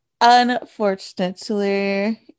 Unfortunately